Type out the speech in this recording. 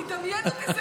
הוא ידמיין אותי,